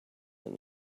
that